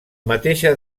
mateixa